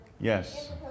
Yes